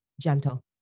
gentle